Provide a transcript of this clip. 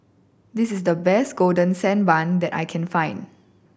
this is the best Golden Sand Bun that I can find